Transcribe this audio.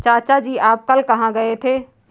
चाचा जी आप कल कहां गए थे?